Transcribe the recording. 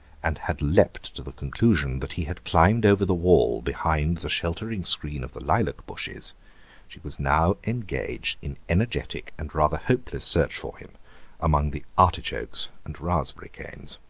and had leapt to the conclusion that he had climbed over the wall behind the sheltering screen of the lilac bushes she was now engaged in energetic and rather hopeless search for him among the artichokes and raspberry canes.